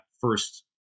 first